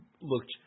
looked